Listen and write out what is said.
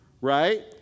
right